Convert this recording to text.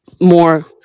more